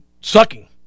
sucking